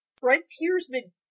frontiersman